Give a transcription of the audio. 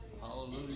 Hallelujah